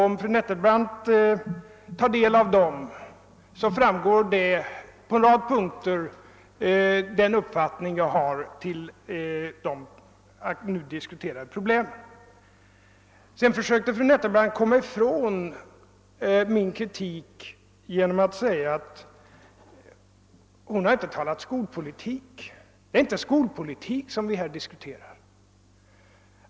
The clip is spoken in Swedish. Om fru Nettelbrandt tar del av dem skall hon alltså finna vilken uppfattning jag har i det avseendet. Sedan försökte fru Nettelbrandt komma ifrån min kritik genom att säga att hon här inte talade skolpolitik. Det är inte skolpolitik vi nu diskuterar, framhöll hon.